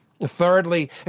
Thirdly